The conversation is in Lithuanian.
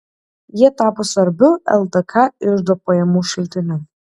jie tapo svarbiu ldk iždo pajamų šaltiniu